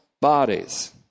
bodies